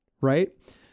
Right